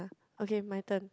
okay my turn